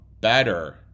better